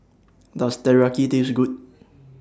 Does Teriyaki Taste Good